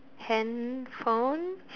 handphone